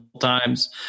times